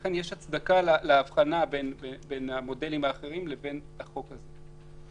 לכן יש הצדקה לאבחנה בין המודלים האחרים לבין החוק הזה.